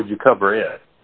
how would you cover it